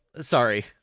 Sorry